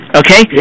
okay